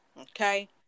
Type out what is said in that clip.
Okay